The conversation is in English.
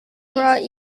brought